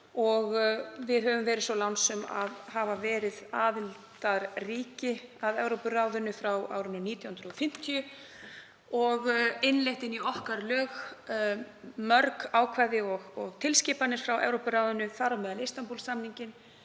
Við höfum verið svo lánsöm að hafa verið aðildarríki að Evrópuráðinu frá 1950 og innleitt inn í lög okkar mörg ákvæði og tilskipanir frá Evrópuráðinu, þar á meðal Istanbúl-samninginn